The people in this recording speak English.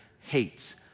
hates